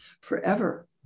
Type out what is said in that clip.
forever